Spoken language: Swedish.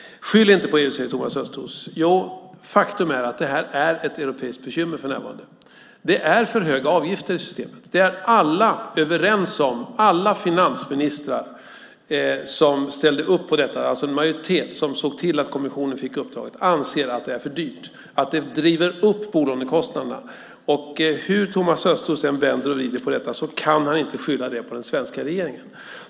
Skyll inte på EU, säger Thomas Östros. Jo, faktum är att detta för närvarande är ett europeiskt bekymmer. Det är för höga avgifter i systemet. Det är alla finansministrar, alltså den majoritet som ställde upp på detta och såg till att kommissionen fick uppdraget, överens om. Det är för dyrt och driver upp bolånekostnaderna. Hur Thomas Östros än vänder och vrider på det kan han inte skylla det på den svenska regeringen.